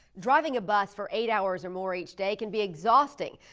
driving a bus for eight hours or more each day can be exhausting.